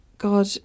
God